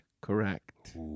Correct